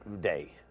day